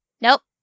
Nope